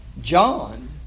John